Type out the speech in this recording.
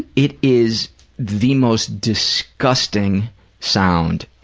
it is the most disgusting sound.